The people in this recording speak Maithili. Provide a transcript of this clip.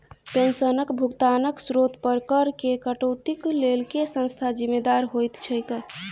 पेंशनक भुगतानक स्त्रोत पर करऽ केँ कटौतीक लेल केँ संस्था जिम्मेदार होइत छैक?